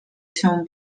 się